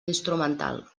instrumental